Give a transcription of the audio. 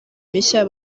mishya